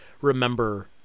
remember